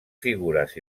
figures